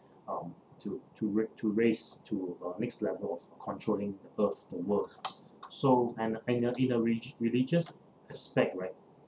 um to to rai~ to raise to uh next level of controlling earth the world so and and uh in a re~ religious aspect right